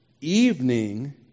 Evening